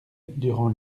durant